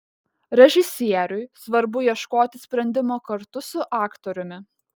režisieriui svarbu ieškoti sprendimo kartu su aktoriumi